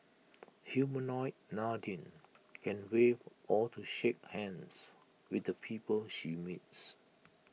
Humanoid Nadine can wave to or shake hands with the people she meets